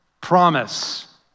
promise